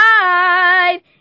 side